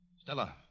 Stella